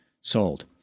sold